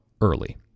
early